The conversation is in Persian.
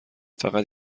فقط